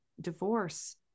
divorce